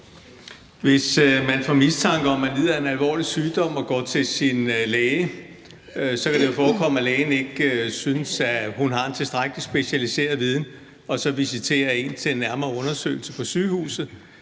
Hvis man får mistanke om, at man lider af en alvorlig sygdom og går til sin læge, kan det jo forekomme, at hun ikke synes, hun har en tilstrækkelig specialiseret viden og visiterer en til nærmere undersøgelse på sygehuset,